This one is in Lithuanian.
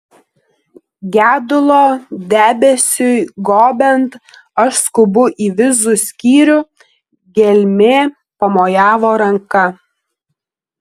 gedulo debesiui gobiant aš skubu į vizų skyrių gelmė pamojavo ranka